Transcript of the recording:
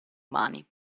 mani